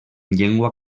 llengua